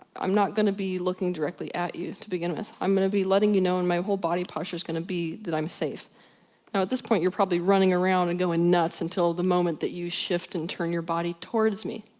i'm not gonna be looking directly at you to begin with. i'm gonna be letting you know, and my whole body posture is gonna be that i'm safe. now at this point you're probably running around and going nuts until the moment that you shift and turn your body towards me.